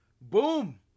Boom